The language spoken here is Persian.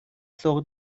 سوق